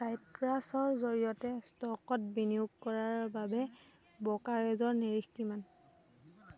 চাইট্ৰাছৰ জৰিয়তে ষ্টকত বিনিয়োগ কৰাৰ বাবে ব্ৰ'কাৰেজৰ নিৰিখ কিমান